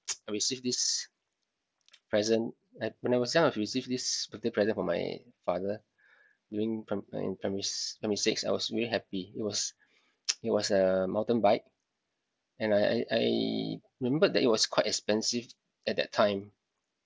I received this present at when I was young I've received this birthday present from my father during prim~ in primary primary six I was really happy it was it was a mountain bike and I I I remembered that it was quite expensive at that time